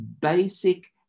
basic